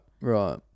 right